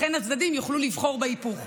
אכן הצדדים יוכלו לבחור בהיפוך.